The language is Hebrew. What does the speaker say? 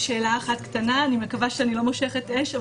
שאלה קטנה אני מקווה שאני לא מושכת אש,